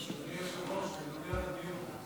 אדוני היושב-ראש, לגבי הדיון.